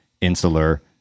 insular